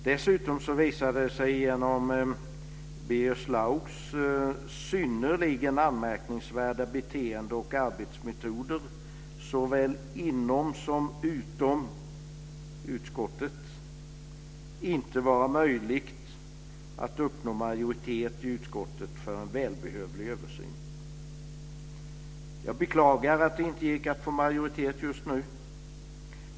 Dessutom visade det sig efter Birger Schlaugs synnerligen anmärkningsvärda beteende och hans arbetsmetoder såväl inom som utanför utskottet inte vara möjligt att uppnå majoritet i utskottet för en välbehövlig översyn. Jag beklagar att det inte gick att få majoritet just nu.